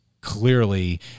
clearly